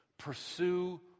Pursue